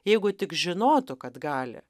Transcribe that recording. jeigu tik žinotų kad gali